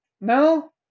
No